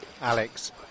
Alex